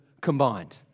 combined